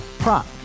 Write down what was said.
Prop